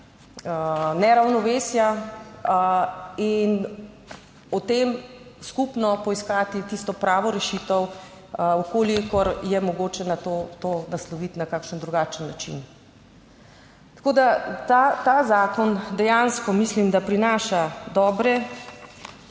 neravnovesja in o tem skupno poiskati tisto pravo rešitev, v kolikor je mogoče na to nasloviti na kakšen drugačen način. Tako, da ta zakon dejansko mislim, da prinaša dobre